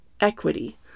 equity